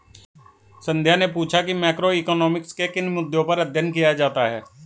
संध्या ने पूछा कि मैक्रोइकॉनॉमिक्स में किन मुद्दों पर अध्ययन किया जाता है